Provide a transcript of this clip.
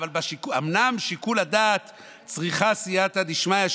ואומנם שיקול הדעת צריכה סייעתא דשמיא,